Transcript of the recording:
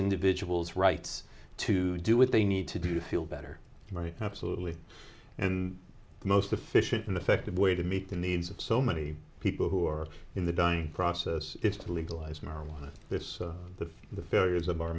individuals rights to do what they need to do feel better right now absolutely and the most efficient and effective way to meet the needs of so many people who are in the dunk process is to legalize marijuana this the the failures of our